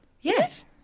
Yes